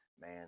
man